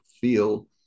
feel